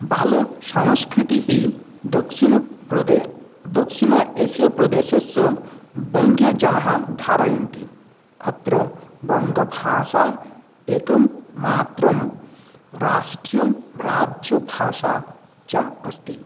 बालसंस्कृतिः दक्षिणप्रदेशे दक्षिण एशिया प्रदेशस्य बङ्ग्य जनाः धारयन्ति अत्र बङ्गभाषा एकं मात्रं राष्ट्रिय राज्यभाषा च अस्ति